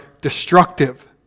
destructive